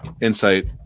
insight